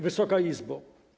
Wysoka Izbo!